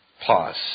Pause